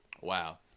wow